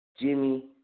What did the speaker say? Jimmy